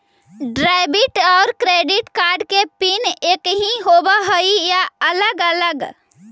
Debit और credit card के PIN एकही होव हइ या अलग अलग?